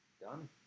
Done